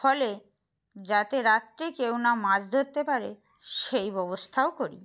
ফলে যাতে রাত্রে কেউ না মাছ ধরতে পারে সেই ব্যবস্থাও করি